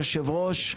היושב-ראש.